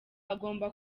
hagomba